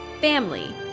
family